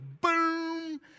boom